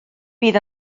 bydd